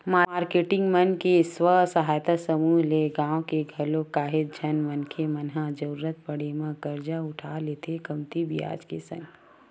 marketing मन के स्व सहायता समूह ले गाँव के घलोक काहेच झन मनखे मन ह जरुरत पड़े म करजा उठा लेथे कमती बियाज के संग